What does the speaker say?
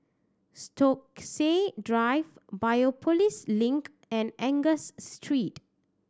Stokesay Drive Biopolis Link and Angus Street